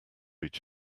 each